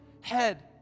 head